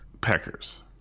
peckers